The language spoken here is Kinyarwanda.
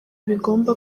bigomba